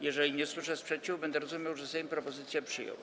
Jeżeli nie usłyszę sprzeciwu, będę uważał, że Sejm propozycję przyjął.